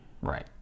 Right